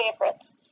favorites